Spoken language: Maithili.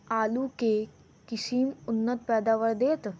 आलु केँ के किसिम उन्नत पैदावार देत?